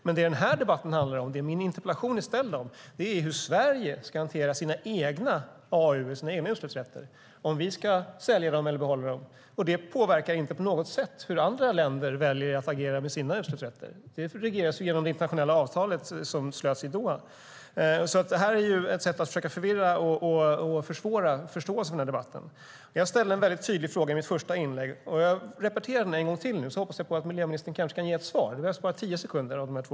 Men det min interpellation och denna debatt handlar om är hur Sverige ska hantera sina egna utsläppsrätter, om vi ska sälja eller behålla dem. Det påverkar inte på något sätt hur andra länder väljer att agera med sina utsläppsrätter. Detta regleras genom det internationella avtal som slöts i Doha. Det här är bara ett sätt att försöka förvirra och försvåra förståelsen för denna debatt. Jag ställde en tydlig fråga i mitt första inlägg. Låt mig repetera den så kan miljöministern kanske ge ett svar.